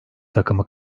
takımı